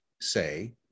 say